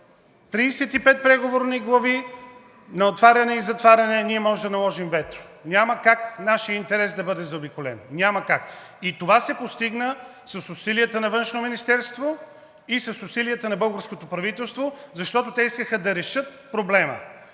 35 преговорни глави на отваряне и затваряне – ние може да наложим вето! Няма как нашият интерес да бъде заобиколен, няма как! И това се постигна с усилията на Външно министерство и с усилията на българското правителство, защото те искаха да решат проблема!